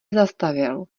zastavil